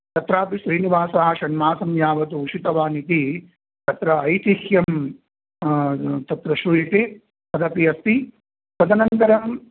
तत्रापि श्रीनिवासः षण्मासं यावत् उषितवानिति तत्र ऐतिह्यं तत्र श्रूयते तदपि अस्ति तदनन्तरं